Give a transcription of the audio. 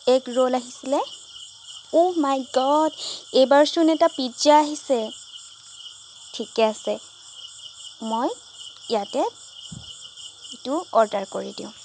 egg roll আহিছিলে oh' my god এইবাৰ চোন এটা পিজ্জা আহিছে ঠিকে আছে মই ইয়াতে এইটো অৰ্ডাৰ কৰি দিওঁ